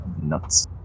Nuts